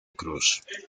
cruz